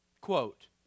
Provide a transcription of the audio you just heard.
Quote